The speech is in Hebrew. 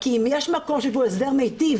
כי אם יש מקום שיש בו הסדר מיטיב,